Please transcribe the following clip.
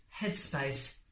headspace